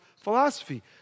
philosophy